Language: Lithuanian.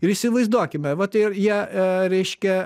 ir įsivaizduokime vat ir jie reiškia